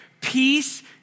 peace